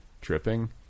tripping